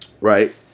Right